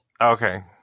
Okay